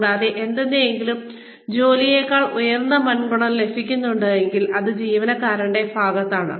കൂടാതെ എന്തിനെങ്കിലും ജോലിയെക്കാൾ ഉയർന്ന മുൻഗണന ലഭിക്കുന്നുണ്ടെങ്കിൽ അത് ജീവനക്കാരന്റെ ഭാഗത്താണ്